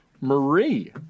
Marie